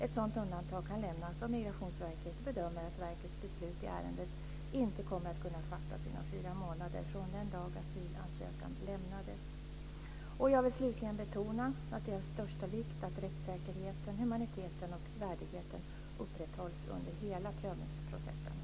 Ett sådant undantag kan lämnas om Migrationsverket bedömer att verkets beslut i ärendet inte kommer att kunna fattas inom fyra månader från den dag asylansökan lämnades. Jag vill slutligen betona att det är av största vikt att rättssäkerheten, humaniteten och värdigheten upprätthålls under hela prövningsprocessen.